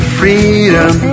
freedom